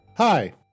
Hi